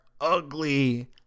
ugly